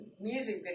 music